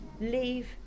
Leave